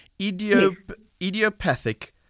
Idiopathic